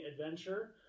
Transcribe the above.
adventure